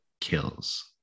kills